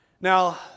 Now